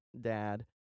Dad